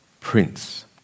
Prince